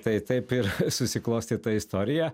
tai taip ir susiklostė ta istorija